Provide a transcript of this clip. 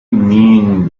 mean